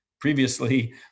previously